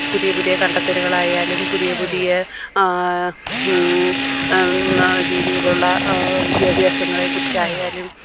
പുതിയ പുതിയ കണ്ടെത്തലുകളായാലും പുതിയ പുതിയ രീതിയിലുള്ള വിദ്യാഭ്യാസങ്ങളെക്കുറിച്ചായാലും